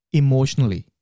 emotionally